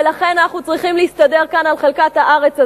ולכן אנחנו צריכים להסתדר כאן על חלקת הארץ הזאת,